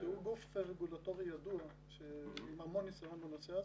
שהוא גוף רגולטורי ידוע עם המון ניסיון בנושא הזה,